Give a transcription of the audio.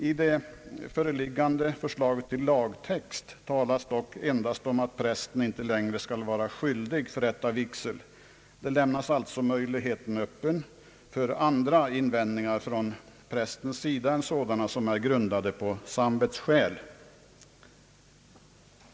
I det föreliggande förslaget till lagtext talas dock endast om att prästen inte längre skall vara skyldig att förrätta vigsel. Där lämnas alltså möjligheten öppen för andra invändningar från prästens sida än sådana som är grundade på samvetsskäl.